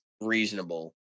reasonable